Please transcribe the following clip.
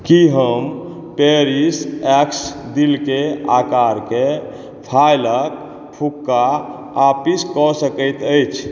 की हम पेरिस एक्स दिलके आकारके फइलके फुक्का वापस कऽ सकैत अछि